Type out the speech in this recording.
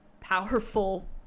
powerful